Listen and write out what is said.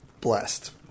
blessed